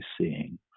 seeing